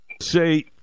Say